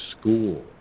school